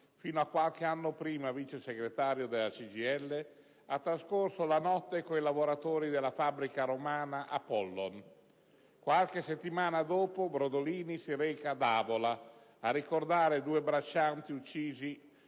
fino a qualche anno prima vice segretario della CGIL, ha trascorso la notte con i lavoratori della fabbrica romana Apollon. Qualche settimana dopo Brodolini si reca ad Avola a ricordare due braccianti uccisi